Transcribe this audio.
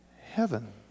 heaven